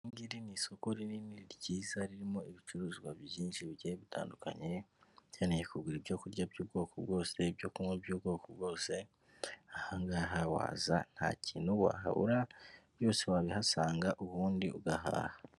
Iri ngiri ni isoko rinini ryiza ririmo ibicuruzwa byinshi bigiye bitandukanye ukeneye kugura ibyo kurya by'ubwoko bwose, ibyo kunywa by'ubwoko bwose aha ngaha waza nta kintu wahabura byose wabihasanga ubundi ugahaha.